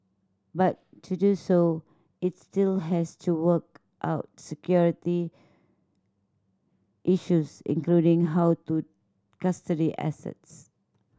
but to do so it's still has to work out security issues including how to custody assets